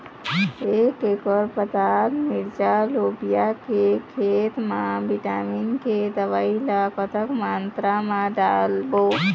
एक एकड़ पताल मिरचा लोबिया के खेत मा विटामिन के दवई ला कतक मात्रा म डारबो?